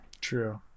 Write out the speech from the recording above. true